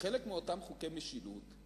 שחלק מאותם חוקי משילות,